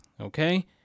Okay